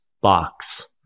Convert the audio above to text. box